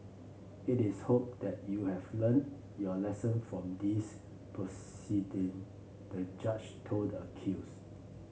it is hoped that you have learnt your lesson from these proceeding the judge told the accused